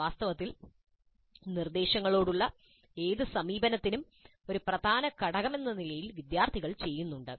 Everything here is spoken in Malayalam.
വാസ്തവത്തിൽ നിർദ്ദേശങ്ങളോടുള്ള ഏത് സമീപനത്തിനും ഒരു പ്രധാന ഘടകമെന്ന നിലയിൽ വിദ്യാർത്ഥികൾ ചെയ്യുന്നുണ്ട്